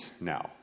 now